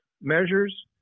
measures